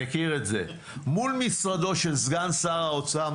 מול משרדו של סגן שר האוצר,